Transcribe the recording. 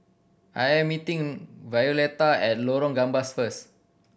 I am meeting Violetta at Lorong Gambas first